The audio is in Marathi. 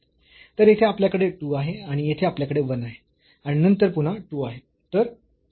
तर येथे आपल्याकडे 2 आहे आणि येथे आपल्याकडे 1 आहे आणि नंतर पुन्हा 2 आहे